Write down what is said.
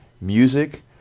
music